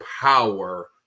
power